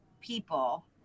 people